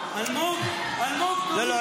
אלמוג, אלמוג, תוריד את